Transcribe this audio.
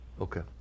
Okay